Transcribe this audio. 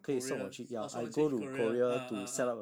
career orh sort of change career ah ah ah